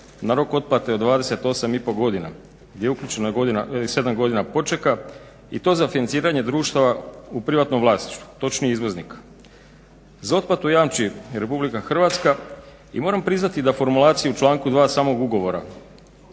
na rok otplate od 28,5 godina gdje je uključeno 7 godina počeka i to za financiranje društava u privatnom vlasništvu točnije izvoznika. Za otplatu jamči RH i moram priznati da formulaciju članka 2.samog ugovora